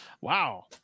Wow